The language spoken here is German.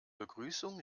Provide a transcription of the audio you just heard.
begrüßung